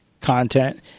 content